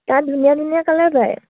তাত ধুনীয়া ধুনীয়া কালাৰ পায়